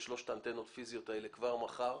שלוש האנטנות הפיזיות האלה כבר מחר.